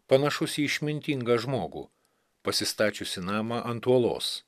panašus į išmintingą žmogų pasistačiusį namą ant uolos